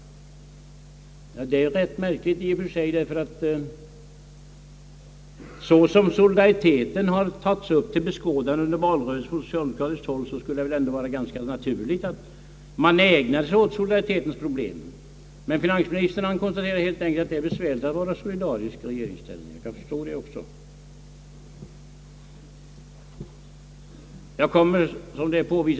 Det är ett rätt märkligt konstaterande. Eftersom solidaritetsproblemet under valrörelsen har tagits upp till beskådande från socialdemokratiskt håll, skulle det vara naturligt att man ägnar sig åt det, men finansministern konstaterar bara att det är besvärligt att vara solidarisk när man sitter i regeringsställning. Jag förstår det också.